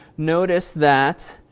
notice that